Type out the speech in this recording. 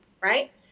right